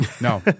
No